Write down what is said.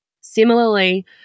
Similarly